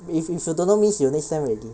if if you don't know means you next sem already